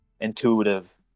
intuitive